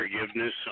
forgiveness